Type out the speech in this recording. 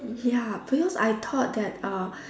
ya because I thought that uh